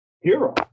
hero